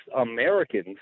Americans